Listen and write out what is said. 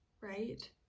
right